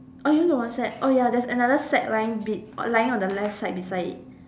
oh you only got one sack oh ya there's another sack lying be~ lying on the left side beside it